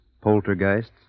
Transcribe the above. poltergeists